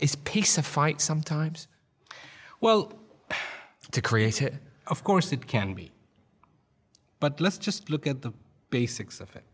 is peace a fight sometimes well to create it of course it can be but let's just look at the basics of it